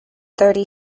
thirty